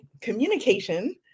communication